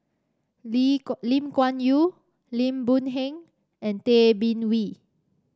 Lim Kuan Yew Lim Boon Heng and Tay Bin Wee